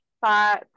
five